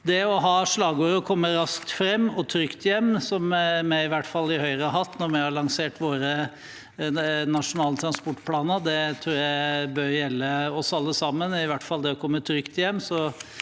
Så slagordet å «komme raskt frem og trygt hjem», som i hvert fall vi i Høyre har hatt når vi har lansert våre nasjonale transportplaner, tror jeg bør gjelde oss alle sammen, i hvert fall det å komme trygt hjem.